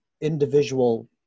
individual